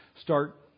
start